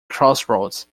crossroads